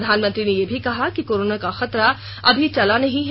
प्रधानमंत्री ने यह भी कहा कि कोरोना का खतरा अभी टला नहीं है